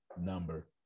number